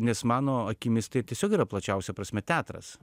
nes mano akimis tai tiesiog yra plačiausia prasme teatras